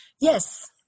Yes